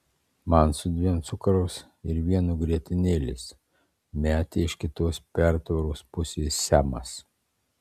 man su dviem cukraus ir vienu grietinėlės metė iš kitos pertvaros pusės semas